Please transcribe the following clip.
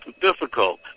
difficult